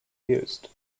used